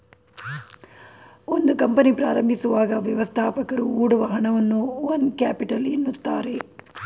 ಒಂದು ಕಂಪನಿ ಪ್ರಾರಂಭಿಸುವಾಗ ವ್ಯವಸ್ಥಾಪಕರು ಹೊಡುವ ಹಣವನ್ನ ಓನ್ ಕ್ಯಾಪಿಟಲ್ ಎನ್ನುತ್ತಾರೆ